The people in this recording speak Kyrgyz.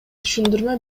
түшүндүрмө